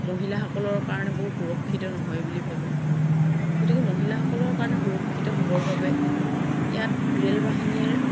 মহিলাসকলৰ কাৰণে বৰ সুৰক্ষিত নহয় বুলি ভাবোঁ গতিকে মহিলাসকলৰ কাৰণে সুৰক্ষিত হ'বৰ বাবে ইয়াত ৰে'ল বাহিনীৰ